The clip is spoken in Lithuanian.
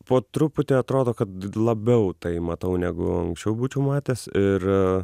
po truputį atrodo kad labiau tai matau negu anksčiau būčiau matęs ir